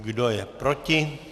Kdo je proti?